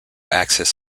axis